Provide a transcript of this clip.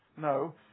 No